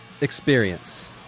experience